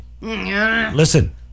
Listen